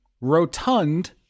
rotund